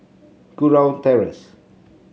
Kurau Terrace